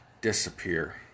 disappear